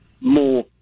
more